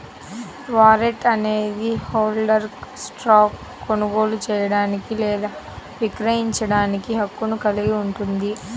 warrant అనేది హోల్డర్కు స్టాక్ను కొనుగోలు చేయడానికి లేదా విక్రయించడానికి హక్కును కలిగి ఉంటుంది